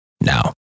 now